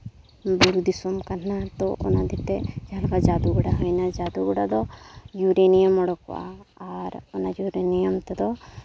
ᱵᱩᱨᱩ ᱫᱤᱥᱚᱢ ᱠᱟᱱᱟ ᱛᱚ ᱚᱱᱟ ᱦᱚᱛᱮ ᱛᱮ ᱡᱟᱦᱟᱸ ᱞᱮᱠᱟ ᱡᱟᱹᱫᱩᱜᱚᱲᱟ ᱦᱩᱭᱱᱟ ᱡᱟᱹᱫᱩᱜᱚᱲᱟ ᱫᱚ ᱤᱭᱩᱨᱮᱱᱤᱭᱟᱢ ᱚᱰᱳᱠᱚᱜᱼᱟ ᱟᱨ ᱚᱱᱟ ᱤᱭᱩᱨᱮᱱᱤᱭᱟᱢ ᱛᱮᱫᱚ